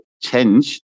change